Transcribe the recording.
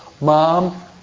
mom